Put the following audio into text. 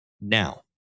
Now